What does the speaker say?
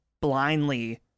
blindly